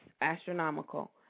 astronomical